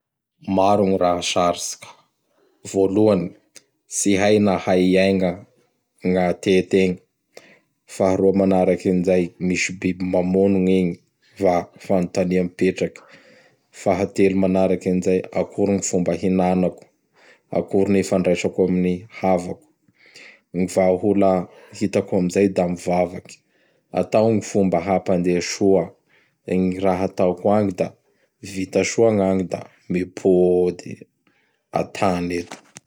Maro gny raha tsarotsy ka! Voalohany, tsy hay na hay iaigna gn'atety egny. Faharoa manaraky an zay, misy biby mamono gnegny fa fanontania mipetraky. Fahatelo manaraky an'izay, akory gny fomba ihinanako? akory gny fomba ifandraisako ami'ny havako? Gny vahaola hitako am zay da mivavaky. Atao gn fomba hampandea soa gny raha ataoko agny da vita soa gnagny da mipody atany eto.